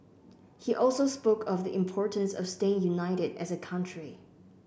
he also spoke of the importance of staying united as a country